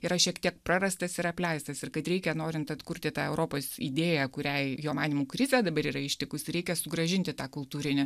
yra šiek tiek prarastas ir apleistas ir kad reikia norint atkurti tą europos idėją kuriai jo manymu krizė dabar yra ištikusi reikia sugrąžinti tą kultūrinį